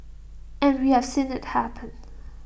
and we have seen IT happen